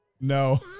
no